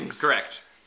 Correct